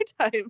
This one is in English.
time